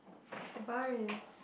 the bar is